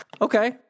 Okay